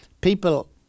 people